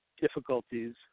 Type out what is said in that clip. difficulties